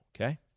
okay